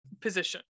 position